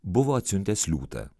buvo atsiuntęs liūtą